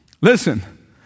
Listen